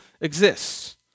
exists